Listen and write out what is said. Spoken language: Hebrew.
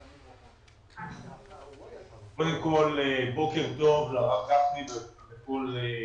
קודם כול, בוקר טוב לרב גפני ולכל